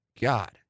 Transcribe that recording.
God